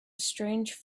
strange